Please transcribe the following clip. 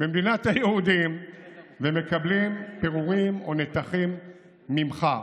במדינת היהודים ומקבלים פירורים או נתחים ממך.